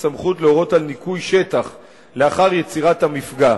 הסמכות להורות על ניקוי שטח לאחר יצירת המפגע.